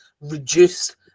reduce